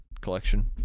collection